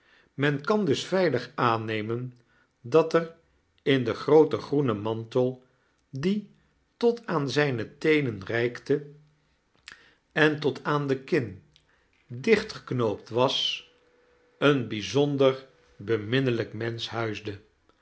men kan dus veilig aannemen dat er in den grooten groenen mantel die tot aan zijne teenen reikte en tot aan de kin dichtgeknoopt was een bijzonder beminnelijk